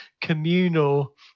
communal